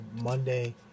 Monday